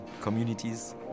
communities